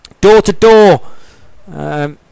Door-to-door